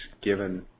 given